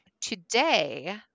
Today